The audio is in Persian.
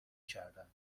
کردم